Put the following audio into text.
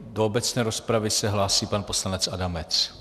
Do obecné rozpravy se hlásí pan poslanec Adamec.